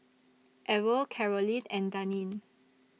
Ewell Caroline and Daneen